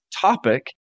topic